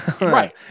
Right